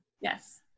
Yes